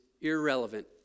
irrelevant